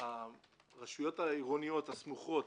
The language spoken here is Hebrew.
הרשויות העירוניות הסמוכות,